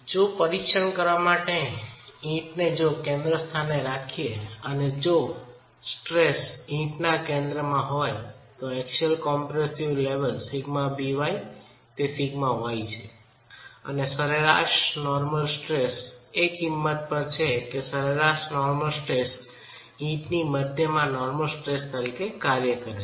જો પરીક્ષણ કરવા માટે ઈંટને જો કેન્દ્ર સ્થાને રાખીએ અને જો સ્ટ્રેસ ઈંટના કેન્દ્રમાં હોય તો એક્સિયલ કોમ્પ્રેસિવ લેવલ σby તે σy છે અને સરેરાસ નોર્મલ સ્ટ્રેસ એ કિંમત પર છે કે સરેરાશ નોર્મલ સ્ટ્રેસ ઈંટની મધ્યમાં નોર્મલ સ્ટ્રેસ તરીકે કાર્ય કરે છે